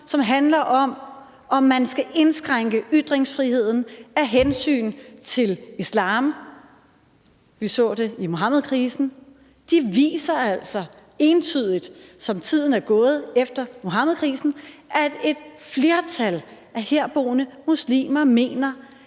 som handler om, om man skal indskrænke ytringsfriheden af hensyn til islam – vi så det under Muhammedkrisen – viser altså entydigt, som tiden er gået efter Muhammedkrisen, at et flertal af herboende muslimer mener,